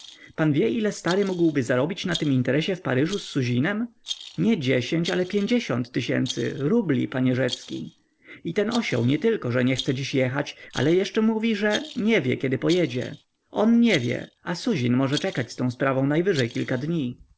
wie ile stary mógłby zarobić na tym interesie w paryżu z suzinem nie dziesięć ale pięćdziesiąt tysięcy rubli panie rzecki i ten osioł nietylko że nie chce dziś jechać ale jeszcze mówi że nie wie kiedy pojedzie on nie wie a suzin może czekać z tą sprawą najwyżej kilka dni